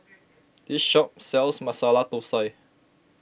this shop sells Masala Thosai